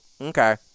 Okay